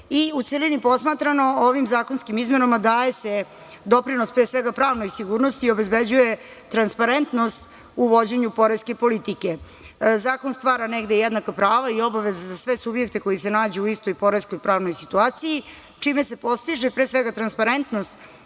celini posmatrano ovim zakonskim izmenama daje se doprinos, pre svega, pravnoj sigurnosti i obezbeđuje transparentnost u vođenju poreske politike. Zakon stvara negde jednaka prava i obaveze za sve subjekte koji se nađu u istoj poreskoj pravnoj situaciji, čime se postiže transparentnost